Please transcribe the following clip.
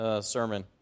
sermon